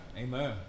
Amen